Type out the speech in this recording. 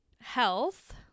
health